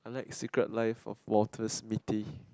I like Secret Life of Walter's Mitty